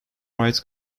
rights